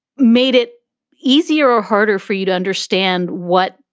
made it easier or harder for you to understand what,